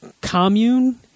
commune